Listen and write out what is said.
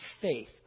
faith